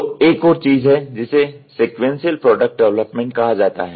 तो एक और चीज है जिसे सेक्वेंसीअल प्रोडक्ट डेवलपमेंट कहा जाता है